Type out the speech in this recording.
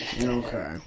Okay